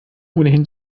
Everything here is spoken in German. ohnehin